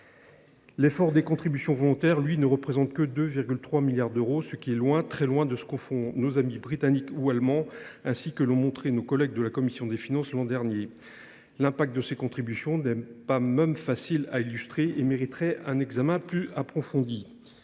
L’effort des contributions volontaires, lui, ne représente que 2,3 milliards d’euros, ce qui est loin, très loin des montants accordés par nos amis britanniques ou allemands, ainsi que l’ont montré nos collègues de la commission des finances l’an dernier. L’impact de ces contributions n’est pas même facile à illustrer et mériterait un examen plus approfondi.